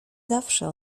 zawsze